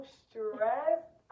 stressed